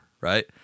right